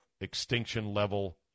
extinction-level